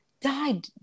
died